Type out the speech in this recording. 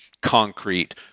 concrete